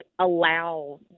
allow